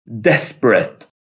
desperate